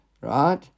right